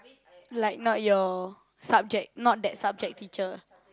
like not your subject not that subject teacher